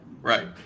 Right